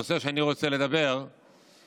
לנושא שאני רוצה לדבר עליו,